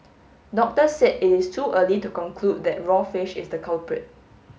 doctors said it is too early to conclude that raw fish is the culprit